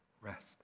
rest